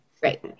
Great